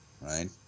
Right